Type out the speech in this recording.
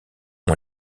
ont